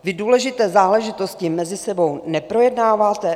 Vy důležité záležitosti mezi sebou neprojednáváte?